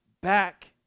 back